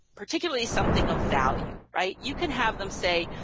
particularly something of value, right. you can have them say,